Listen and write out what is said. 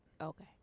Okay